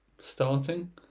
starting